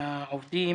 העובדים